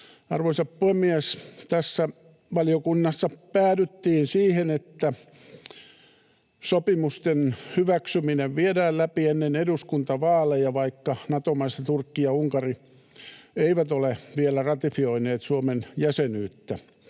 Arvoisa puhemies! Tässä valiokunnassa päädyttiin siihen, että sopimusten hyväksyminen viedään läpi ennen eduskuntavaaleja, vaikka Nato-maista Turkki ja Unkari eivät ole vielä ratifioineet Suomen jäsenyyttä.